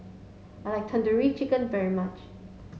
I like Tandoori Chicken very much